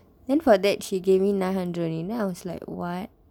then for that she gave me nine hundred only then I was like what